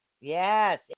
Yes